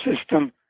system